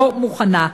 לא מוכנה.